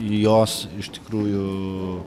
jos iš tikrųjų